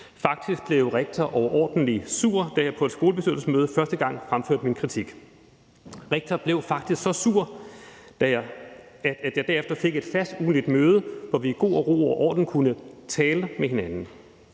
Faktisk blev rektor overordentlig sur, da jeg på et skolebestyrelsesmøde første gang fremførte min kritik. Rektor blev faktisk så sur, at jeg derefter fik et fast ugentligt møde, hvor vi i god ro og orden kunne tale med hinanden.